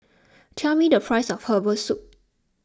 tell me the price of Herbal Soup